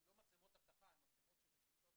הן לא מצלמות אבטחה, הן מצלמות שמשמשות